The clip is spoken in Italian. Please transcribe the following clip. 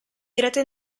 diretta